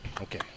Okay